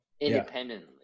independently